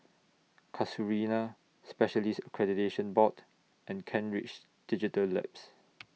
Casuarina Specialists Accreditation Board and Kent Ridge Digital Labs